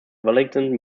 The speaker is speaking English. wellington